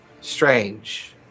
strange